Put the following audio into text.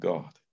God